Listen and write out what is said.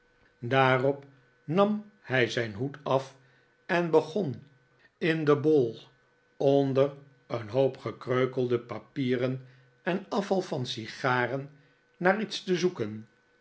daarop nam hij zijn hoed af en begon in den bol onder een hoop gekreukelde papieren en afval van sigaren naar iets te zoeken